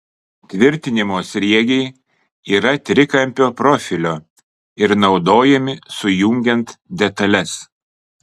tvirtinimo sriegiai yra trikampio profilio ir naudojami sujungiant detales